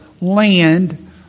land